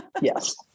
Yes